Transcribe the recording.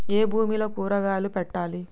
ఏ భూమిలో కూరగాయలు పెట్టాలి?